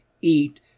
eat